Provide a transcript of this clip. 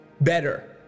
better